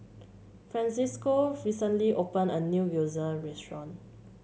Francesco recently opened a new Gyoza Restaurant